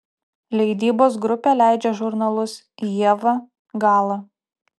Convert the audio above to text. leidybos grupė leidžia žurnalus ieva gala